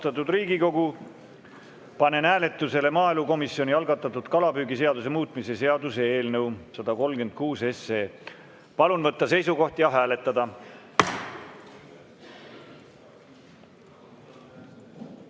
panen hääletusele maaelukomisjoni algatatud kalapüügiseaduse muutmise seaduse eelnõu 136. Palun võtta seisukoht ja hääletada!